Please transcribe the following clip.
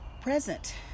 present